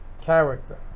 character